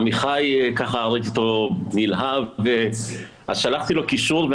ראיתי את עמיחי נלהב אז שלחתי לו קישור.